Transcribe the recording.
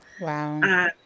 Wow